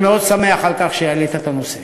אני מאוד שמח על כך שהעלית את הנושא.